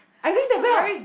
I ring the bell